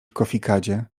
kofikadzie